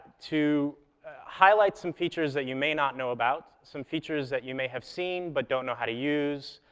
to highlight some features that you may not know about, some features that you may have seen but don't know how to use,